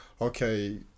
okay